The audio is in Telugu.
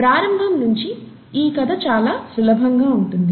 ప్రారంభం నించి ఈ కథ చాలా సులభంగా ఉంటుంది